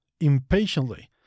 impatiently